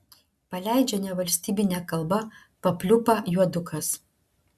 paleidžia nevalstybine kalba papliūpą juodukas